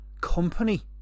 company